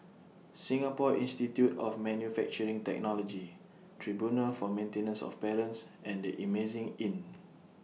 Singapore Institute of Manufacturing Technology Tribunal For Maintenance of Parents and The Amazing Inn